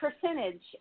percentage